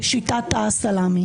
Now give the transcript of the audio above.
בשיטת הסלמי.